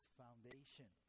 foundation